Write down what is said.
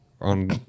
on